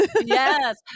yes